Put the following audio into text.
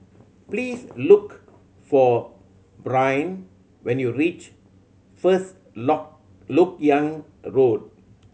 please look for Brynn when you reach First Lok Lok Yang Road